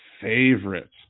favorite